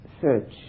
search